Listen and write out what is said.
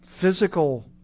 physical